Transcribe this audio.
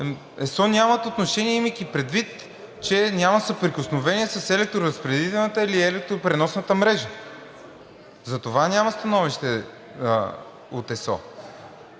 ЕСО нямат отношение, имайки предвид, че няма съприкосновение с електроразпределителната или електропреносната мрежа. Затова няма становище от ЕСО.